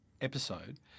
episode